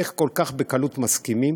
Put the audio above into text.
איך כל כך בקלות הם מסכימים